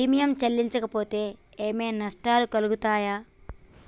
Premium చెల్లించకపోతే ఏమైనా నష్టాలు కలుగుతయా?